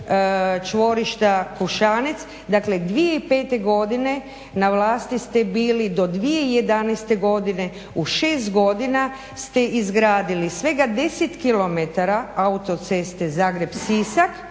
čvorišta Kušanec dakle 2005.godine, na vlasti ste bili do 2011.godine. U 6 godina ste izgradili svega 10 km autoceste Zagreb-Sisak